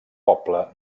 poble